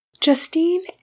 Justine